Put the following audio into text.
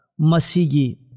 masigi